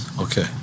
Okay